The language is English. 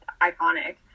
iconic